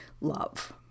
love